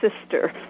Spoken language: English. sister